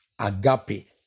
agape